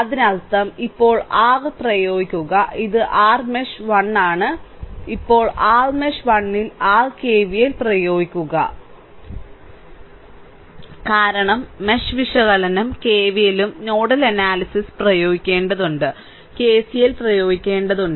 അതിനർത്ഥം ഇപ്പോൾ r പ്രയോഗിക്കുക ഇത് r മെഷ് 1 ആണ് ഇപ്പോൾ r മെഷ് 1 ൽ r കെവിഎൽ പ്രയോഗിക്കുക കാരണം മെഷ് വിശകലനം കെവിഎല്ലും നോഡൽ അനാലിസിസ് പ്രയോഗിക്കേണ്ടതുണ്ട് കെസിഎൽ പ്രയോഗിക്കേണ്ടതുണ്ട്